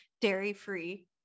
dairy-free